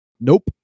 Nope